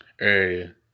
area